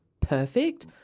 perfect